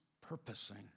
purposing